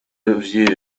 view